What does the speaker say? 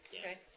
Okay